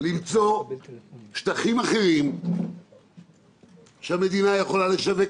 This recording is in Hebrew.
למצוא שטחים אחרים שהמדינה יכולה לשווק